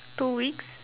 two weeks